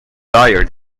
dyer